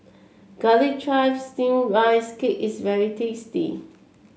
Garlic Chives Steamed Rice Cake is very tasty